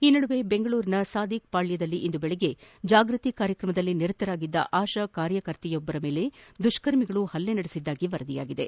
ಈ ನಡುವೆ ಬೆಂಗಳೂರಿನ ಸಾಧಿಕ್ ಪಾಳ್ಯದಲ್ಲಿ ಇಂದು ಬೆಳಗ್ಗೆ ಜಾಗೃತಿ ಕಾರ್ಯಕ್ರಮದಲ್ಲಿ ನಿರತರಾಗಿದ್ದ ಆಶಾಕಾರ್ಯಕರ್ತೆಯೊಬ್ಬರ ಮೇಲೆ ದುಷ್ಕರ್ಮಿಗಳು ಹಲ್ಲೆ ನಡೆಸಿದ್ದಾಗಿ ವರದಿಯಾಗಿದೆ